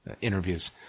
interviews